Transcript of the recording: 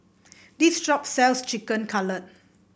this shop sells Chicken Cutlet